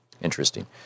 Interesting